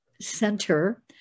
center